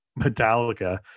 Metallica